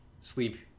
sleep